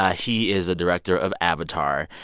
ah he is a director of avatar.